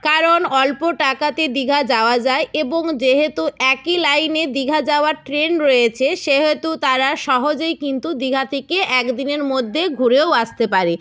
কারণ অল্প টাকাতে দীঘা যাওয়া যায় এবং যেহেতু একই লাইনে দীঘা যাওয়ার ট্রেন রয়েছে সেহেতু তারা সহজেই কিন্তু দীঘা থেকে এক দিনের মধ্যেই ঘুরেও আসতে পারে